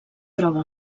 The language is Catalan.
troba